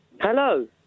Hello